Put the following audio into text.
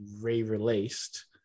re-released